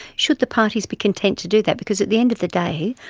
should the parties be content to do that, because at the end of the day,